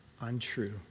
untrue